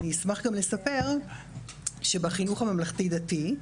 אני אשמח גם לספר שבחינוך הממלכתי-דתי,